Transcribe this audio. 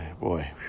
boy